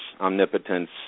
omnipotence